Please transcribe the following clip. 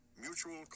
mutual